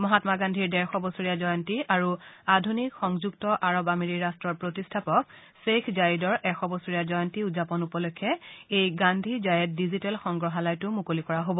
মহাম্মা গান্ধীৰ ডেৰশ বছৰীয়া জয়ন্তী আৰু আধুনিক সংযুক্ত আৰব আমিৰী ৰাট্টৰ প্ৰতিষ্ঠাপক ধেইখ জায়েদৰ এশ বছৰীয়া জয়ন্তী উদযাপন উপলক্ষে এই গান্ধী জায়েদ ডিজিটেল সংগ্ৰহালয়টো মুকলি কৰা হব